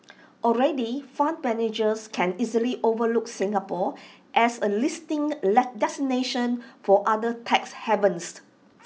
already fund managers can easily overlook Singapore as A listing destination for other tax